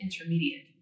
intermediate